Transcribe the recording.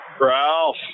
Ralph